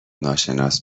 ناشناس